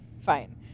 Fine